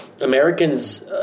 Americans